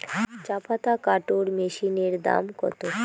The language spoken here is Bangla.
চাপাতা কাটর মেশিনের দাম কত?